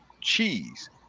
cheese